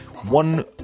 one